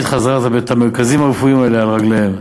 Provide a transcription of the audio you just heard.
בחזרה את המרכזים הרפואיים האלה על רגליהם.